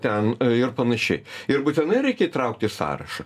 ten ir panašiai ir būtinai reikia įtraukti į sąrašą